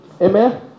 Amen